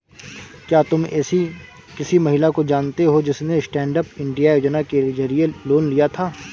क्या तुम एसी किसी महिला को जानती हो जिसने स्टैन्डअप इंडिया योजना के जरिए लोन लिया था?